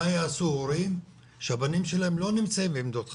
מה יעשו הורים שהילדים שלהם לא נמצאים בעמדות חזקות.